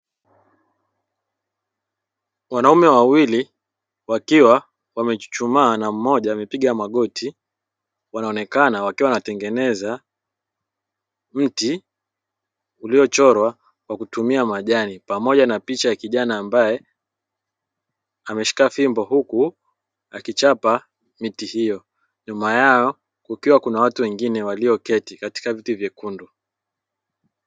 Wanaume wawili wakiwa wamechuchumaa na mmoja amepiga magoti, wanaonekana wakiwa wanatengeneza mti uliochorwa kwa kutumia majani, pamoja na picha ya kijana ambaye ameshika fimbo, huku akichapa miti hiyo. Nyuma yao kukiwa na watu wengine walioketi katika viti vyekundu.